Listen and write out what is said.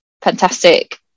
fantastic